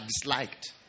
disliked